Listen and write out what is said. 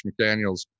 McDaniels